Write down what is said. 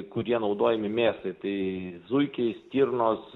kurie naudojami mėsai tai zuikiai stirnos